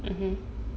mmhmm